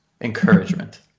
encouragement